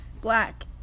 black